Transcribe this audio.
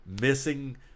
missing